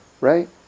right